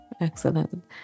excellent